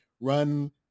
run